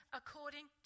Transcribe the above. according